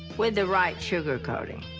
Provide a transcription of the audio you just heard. with the right sugarcoating.